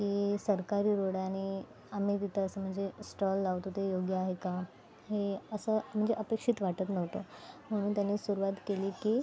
की सरकारी रोडाने आम्ही तिथे असं म्हणजे स्टॉल लावतो ते योग्य आहे का हे असं म्हणजे अपेक्षित वाटत नव्हतं म्हणून त्यांनी सुरुवात केली की